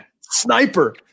Sniper